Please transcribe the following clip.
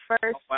first